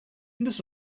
this